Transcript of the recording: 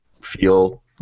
feel